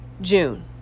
June